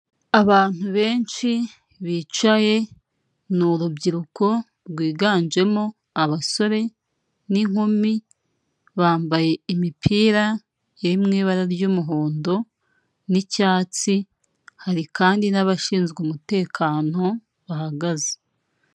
Abantu benshi bicaye, ni urubyiruko rwiganjemo abasore n'inkumi, bambaye imipira iri mu ibara ry'umuhondo n'icyatsi, hari kandi n'abashinzwe umutekano, bahagaze.